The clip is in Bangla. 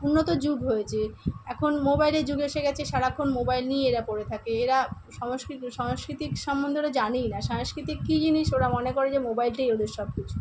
উন্নত যুগ হয়েছে এখন মোবাইলের যুগ এসে গিয়েছে সারাক্ষণ মোবাইল নিয়েই এরা পড়ে থাকে এরা সংস্কৃতি সংস্কৃতিক সম্বন্ধে ওরা জানেই না সাংস্কৃতি কী জিনিস ওরা মনে করে যে মোবাইলটাই ওদের সব কিছু